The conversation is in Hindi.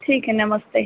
ठीक है नमस्ते